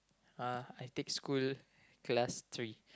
uh I take school class three